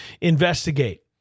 investigate